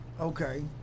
Okay